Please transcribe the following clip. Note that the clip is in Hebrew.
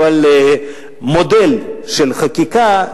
אבל מודל של חקיקה,